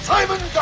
Simon